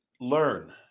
Learn